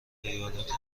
ایالات